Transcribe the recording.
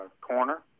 Corner